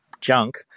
junk